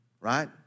Right